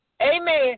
amen